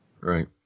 Right